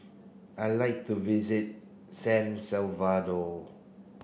I like to visit San Salvador